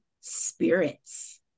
spirits